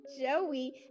Joey